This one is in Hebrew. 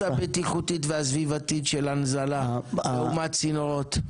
הבטיחותית והסביבתית של הנזלה לעומת צינורות?